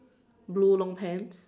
blue long pants